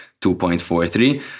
2.43